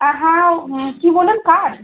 আর হ্যাঁ কী বললেন কার্ড